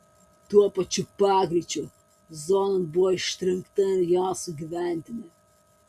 tuo pačiu pagreičiu zonon buvo ištrenkta ir jo sugyventinė